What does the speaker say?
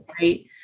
right